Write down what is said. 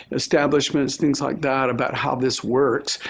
establishments, things like that about how this works,